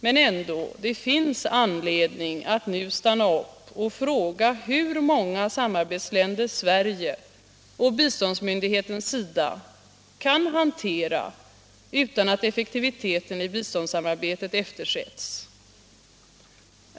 Men ändå — det finns anledning att nu stanna upp och fråga hur många samarbetsländer Sverige och biståndsmyndigheten SIDA kan hantera utan att effektiviteten i biståndssamarbetet eftersätts.